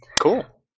Cool